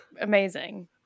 amazing